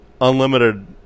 unlimited